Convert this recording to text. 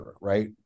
right